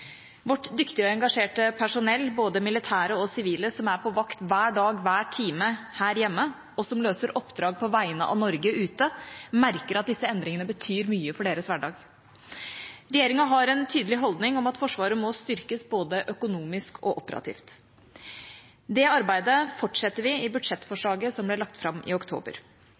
Vårt dyktige og engasjerte personell, både militære og sivile som er på vakt hver dag, hver time her hjemme, og som løser oppdrag på vegne av Norge ute, merker at disse endringene betyr mye for deres hverdag. Regjeringa har en tydelig holdning om at Forsvaret må styrkes både økonomisk og operativt. Det arbeidet fortsetter vi i